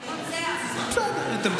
את תירוצי הממשלה.